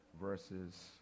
verses—